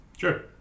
Sure